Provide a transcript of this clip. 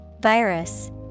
Virus